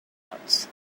clouds